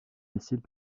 missiles